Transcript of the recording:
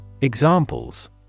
Examples